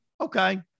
Okay